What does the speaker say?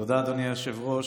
תודה, אדוני היושב-ראש.